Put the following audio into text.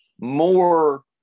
more